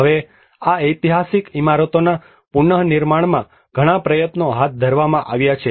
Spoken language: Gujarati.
હવે આ એઈતિહાસિક ઇમારતોના પુનર્નિર્માણમાં ઘણા પ્રયત્નો હાથ ધરવામાં આવ્યા છે